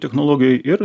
technologijoj ir